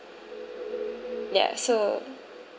ya so